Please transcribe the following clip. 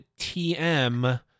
TM